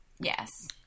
yes